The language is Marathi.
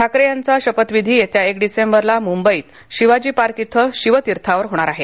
ठाकरे यांचा शपथविधी येत्या एक डिसेंबरला मुंबईत शिवाजी पार्क इथं शिवतीर्थावर होणार आहे